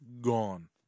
gone